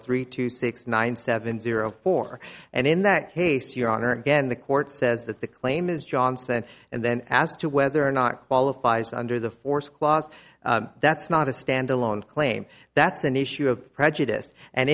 three two six nine seven zero four and in that case your honor again the court says that the claim is johnson and then as to whether or not qualifies under the force clause that's not a standalone claim that's an issue of prejudice and